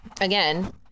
again